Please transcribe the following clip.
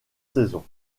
saisons